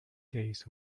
days